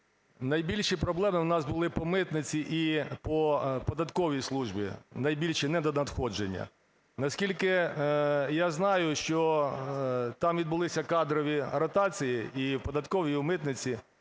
Найбільші проблеми у нас були по митниці і по податковій службі, найбільші недонадходження. Наскільки я знаю, що там відбулися кадрові ротації і в податковій, і в митниці.